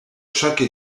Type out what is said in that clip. chaque